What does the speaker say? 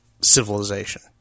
civilization